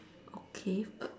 okay uh